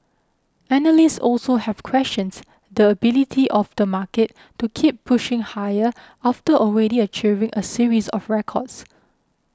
analysts also have questions the ability of the market to keep pushing higher after already achieving a series of records